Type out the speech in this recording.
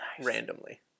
randomly